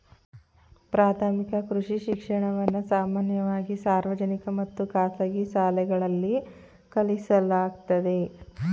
ಪ್ರಾಥಮಿಕ ಕೃಷಿ ಶಿಕ್ಷಣವನ್ನ ಸಾಮಾನ್ಯವಾಗಿ ಸಾರ್ವಜನಿಕ ಮತ್ತು ಖಾಸಗಿ ಶಾಲೆಗಳಲ್ಲಿ ಕಲಿಸಲಾಗ್ತದೆ